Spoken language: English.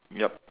yup